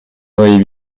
voyais